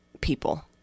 people